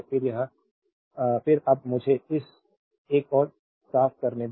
फिर अब मुझे इस एक को साफ करने दो